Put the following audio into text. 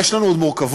יש לנו עוד מורכבות,